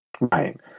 Right